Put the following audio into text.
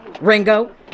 Ringo